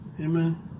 Amen